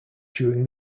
during